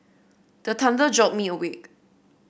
the thunder jolt me awake